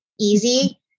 Easy